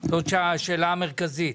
זאת שאלה מרכזית.